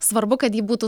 svarbu kad ji būtų